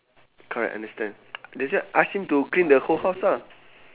correct understand that's why ask him to clean the whole house lah